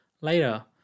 Later